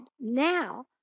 now